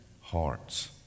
hearts